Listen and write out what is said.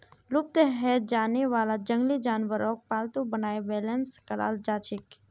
लुप्त हैं जाने वाला जंगली जानवरक पालतू बनाए बेलेंस कराल जाछेक